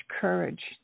courage